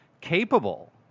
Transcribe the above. capable